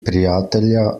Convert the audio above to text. prijatelja